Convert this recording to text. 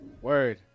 Word